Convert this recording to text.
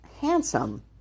handsome